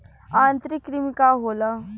आंतरिक कृमि का होला?